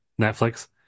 Netflix